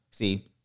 See